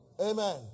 Amen